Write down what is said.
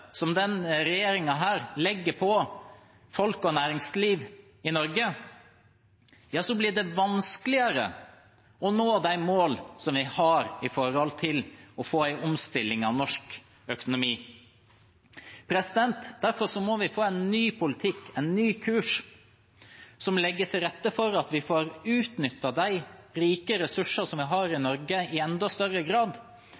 som denne regjeringen legger på folk og næringsliv i Norge, blir det vanskeligere å nå de mål vi har for å få en omstilling av norsk økonomi. Derfor må vi få en ny politikk, en ny kurs som legger til rette for at vi får utnyttet de rike ressurser vi har i